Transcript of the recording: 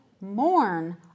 mourn